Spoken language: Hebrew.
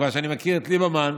מכיוון שאני מכיר את ליברמן,